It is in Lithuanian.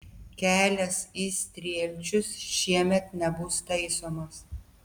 kelias į strielčius šiemet nebus taisomas